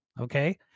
okay